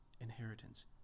inheritance